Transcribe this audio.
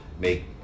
make